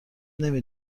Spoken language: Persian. نمی